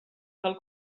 tal